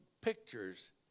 pictures